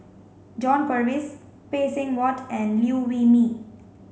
John Purvis Phay Seng Whatt and Liew Wee Mee